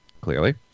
clearly